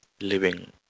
living